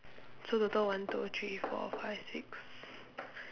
so total one two three four five six